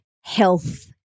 health